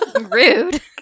rude